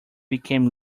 became